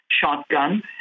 Shotgun